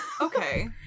Okay